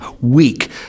Weak